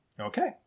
Okay